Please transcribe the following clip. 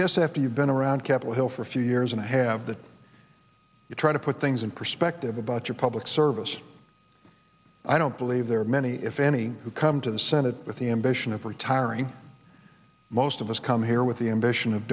guess after you've been around capitol hill for a few years and i have that you try to put things in perspective about your public service i don't really there are many if any who come to the senate with the ambition of retiring most of us come here with the ambition of